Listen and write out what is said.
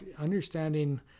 understanding